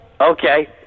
Okay